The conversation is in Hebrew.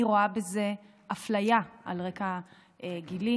אני רואה בזה אפליה על רקע גילי.